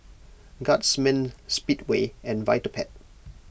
Guardsman Speedway and Vitapet